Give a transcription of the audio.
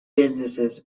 businesses